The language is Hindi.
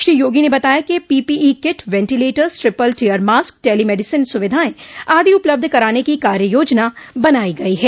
श्री योगी ने बताया कि PPE kit ventilators triple tier mask telemedicine सुविधाएं आदि उपलब्ध कराने की कार्य योजना बनाई गई है